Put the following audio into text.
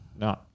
No